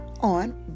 On